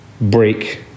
break